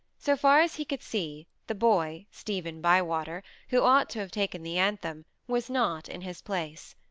so far as he could see, the boy, stephen bywater, who ought to have taken the anthem, was not in his place.